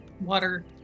water